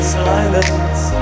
silence